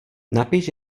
napiš